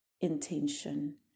intention